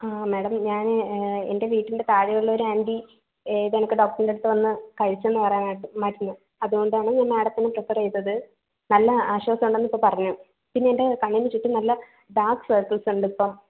ആ മാഡം ഞാന് എൻ്റെ വീടിൻ്റെ താഴെയുള്ളൊരു ആൻറ്റി ഇതേകണക്ക് ഡോക്ടറിൻ്റെയടുത്തുവന്ന് കഴിച്ചെന്ന് പറയുന്ന കേട്ട് മരുന്ന് അതുകൊണ്ടാണ് ഞാൻ മാഡത്തിനെ പ്രീഫെർ ചെയ്തത് നല്ല ആശ്വാസമുണ്ടെന്നിപ്പോൾ പറഞ്ഞു പിന്നെ എൻ്റെ കണ്ണിൻ്റെ ചുറ്റും നല്ല ഡാർക് സർക്കിൽസ് ഉണ്ടിപ്പോൾ